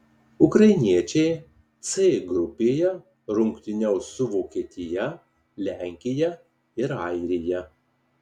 ukrainiečiai c grupėje rungtyniaus su vokietija lenkija ir airija